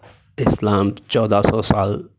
اسلام چودہ سو سال